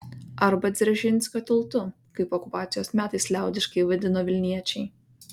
arba dzeržinskio tiltu kaip okupacijos metais liaudiškai vadino vilniečiai